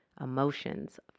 emotions